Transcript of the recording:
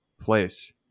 place